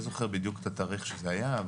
את התאריך שזה היה,